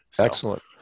Excellent